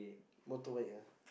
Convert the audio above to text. motorbike ya